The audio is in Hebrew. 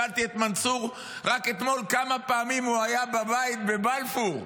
שאלתי את מנסור רק אתמול כמה פעמים הוא היה בבית בבלפור.